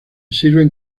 sirven